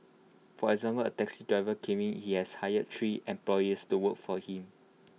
for example A taxi driver claiming he has hired three employees to work for him